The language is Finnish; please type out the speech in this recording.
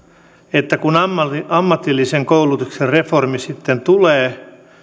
että kun ammatillisen koulutuksen reformi sitten tulee